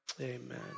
Amen